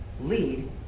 lead